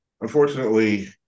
unfortunately